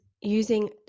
using